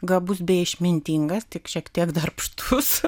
gabus bei išmintingas tik šiek tiek darbštus